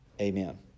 amen